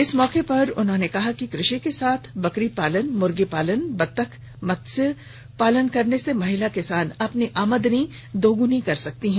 इस मौके पर कहा कि कृषि के साथ साथ बकरी पालन मुर्गी पालन बत्तख पालन मत्स्य पालन करने से महिला किसान अपनी आमदनी दोग्नी कर सकती हैं